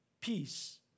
peace